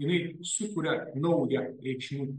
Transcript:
jinai sukuria naują reikšmių